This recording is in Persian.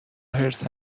حرص